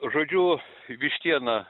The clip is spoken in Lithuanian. žodžiu vištiena